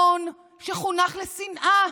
המון שחונך לשנאה,